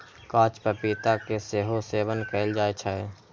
कांच पपीता के सेहो सेवन कैल जाइ छै